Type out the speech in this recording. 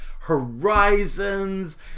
Horizons